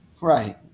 Right